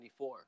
1994